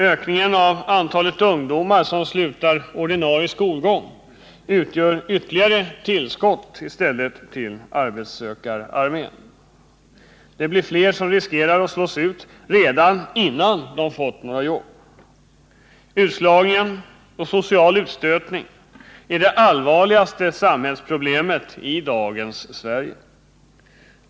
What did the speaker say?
Ökningen av antalet ungdomar som slutar ordinarie skolgång utgör ytterligare tillskott till arbetssökararmén. Det blir fler som riskerar att slås ut redan innan de fått något jobb. Utslagning och social utstötning är det allvarligaste samhällsproblemet i dagens Sverige.